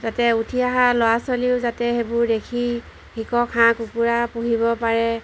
যাতে উঠি অহা ল'ৰা ছোৱালীও যাতে সেইবোৰ দেখি শিকক হাঁহ কুকুৰা পুহিব পাৰে